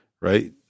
right